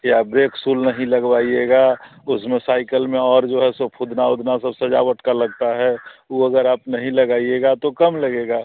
या brake shoe नहीं लगवाइगा उसमें साइकल में और जो है सो फुदना उदना सब सजावट का लगता है वह अगर आप नहीं लगाइएगा तो कम लगेगा